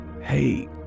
Hey